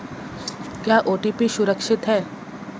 क्या ओ.टी.पी सुरक्षित है?